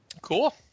Cool